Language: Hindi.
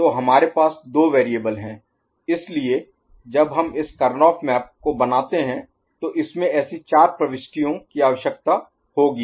तो हमारे पास दो वेरिएबल है इसलिए जब हम इस करनौह मैप को बनाते हैं तो इसमें ऐसी चार प्रविष्टियों की आवश्यकता होगी